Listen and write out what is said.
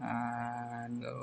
ᱟᱻᱫᱚ